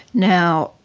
now,